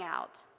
out